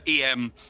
EM